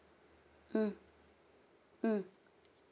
mm mm